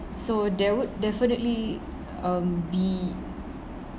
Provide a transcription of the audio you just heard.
so there would definitely um be